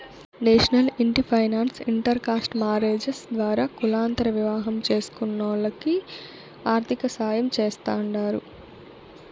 national ఇంటి finance inter caste marriages ద్వారా కులాంతర వివాహం చేస్కునోల్లకి ఆర్థికసాయం చేస్తాండారు